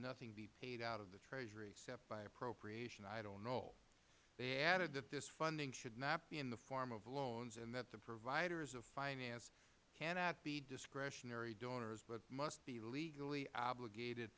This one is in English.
nothing be paid out of the treasury except by appropriation i don't know they added that this funding should not be in the form of loans and that the providers of finance cannot be discretionary donors but must be legally obligated